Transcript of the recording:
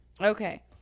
Okay